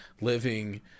living